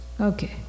okay